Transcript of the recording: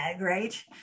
right